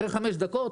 אחרי חמש דקות